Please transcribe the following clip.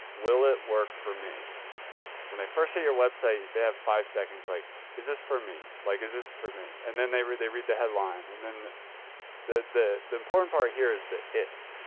will it work for me when i first hit your website, they have five seconds. like, is this for me? like, is this for me? and then they read they read the headline, and then the the important part here is that it,